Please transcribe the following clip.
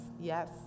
yes